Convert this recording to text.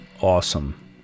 awesome